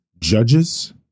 judges